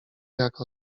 jak